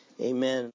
amen